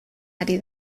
ari